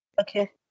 okay